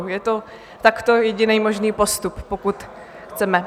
Je to takto jediný možný postup, pokud chceme.